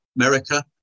America